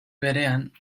berean